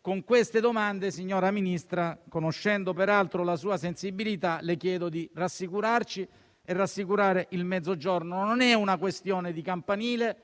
Con queste domande, signora Ministra, conoscendo peraltro la sua sensibilità, le chiedo di rassicurarci e rassicurare il Mezzogiorno. Non è una questione di campanile: